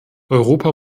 europa